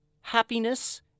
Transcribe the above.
happiness